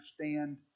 understand